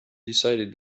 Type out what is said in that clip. decided